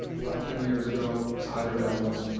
about ten years ago, these hybrid animals.